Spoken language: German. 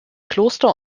kloster